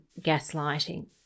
gaslighting